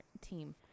team